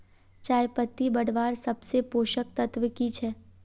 चयपत्ति बढ़वार सबसे पोषक तत्व की छे?